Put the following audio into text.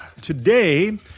Today